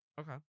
Okay